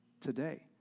today